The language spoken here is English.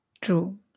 True